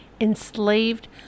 enslaved